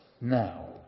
now